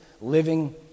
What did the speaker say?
living